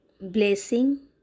blessing